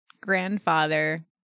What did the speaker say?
grandfather